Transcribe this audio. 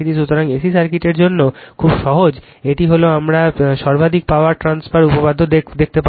সুতরাং A C সার্কিটের জন্যও খুব সহজ এটি হল আমরা সর্বাধিক পাওয়ার ট্রান্সফার উপপাদ্য দেখতে পাব